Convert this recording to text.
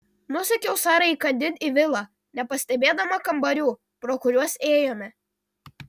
nusekiau sarai įkandin į vilą nepastebėdama kambarių pro kuriuos ėjome